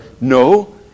No